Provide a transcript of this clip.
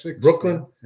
Brooklyn